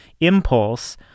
impulse